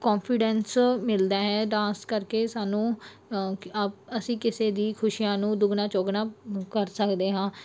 confidence ਮਿਲਦਾ ਹੈ dance ਕਰਕੇ ਸਾਨੂੰ ਅਸੀਂ ਕਿਸੇ ਦੀ ਖੁਸ਼ੀਆਂ ਨੂੰ ਦੁੱਗਣਾ ਚੋਗਣਾ ਕਰ ਸਕਦੇ ਹਾਂ